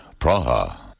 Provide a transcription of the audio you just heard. Praha